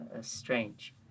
strange